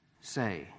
say